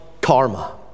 karma